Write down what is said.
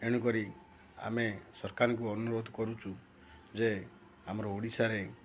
ଏଣୁକରି ଆମେ ସରକାରଙ୍କୁ ଅନୁରୋଧ କରୁଛୁ ଯେ ଆମର ଓଡ଼ିଶାରେ